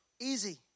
easy